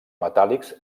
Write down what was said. metàl·lics